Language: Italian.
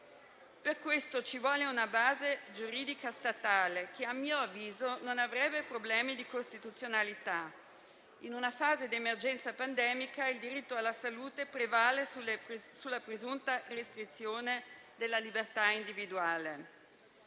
Per questo ci vuole una base giuridica statale che a mio avviso non avrebbe problemi di costituzionalità: in una fase d'emergenza pandemica il diritto alla salute prevale sulla presunta restrizione della libertà individuale.